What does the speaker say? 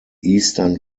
eastern